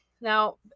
now